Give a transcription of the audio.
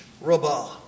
Rabah